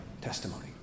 testimony